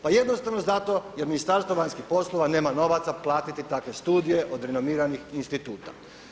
Pa jednostavno zato jer Ministarstvo vanjskih poslova nema novaca platiti takve studije od renomiranih instituta.